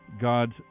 God's